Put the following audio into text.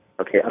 Okay